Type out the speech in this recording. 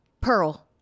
Pearl